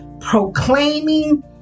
proclaiming